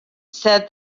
said